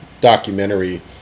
documentary